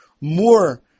more